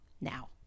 now